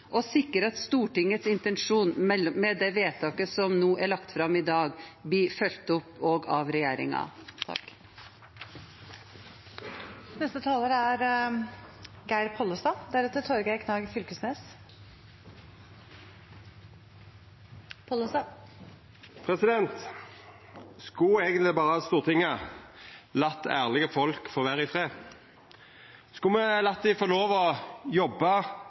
og sikre at Stortingets intensjon med det forslaget som er lagt fram i dag, blir fulgt opp også av regjeringen. Skulle Stortinget eigentleg berre late ærlege folk få vera i fred? Skulle me late dei få lov til å jobba med dyra sine? Skulle me late dei få lov til å